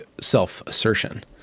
self-assertion